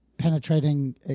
penetrating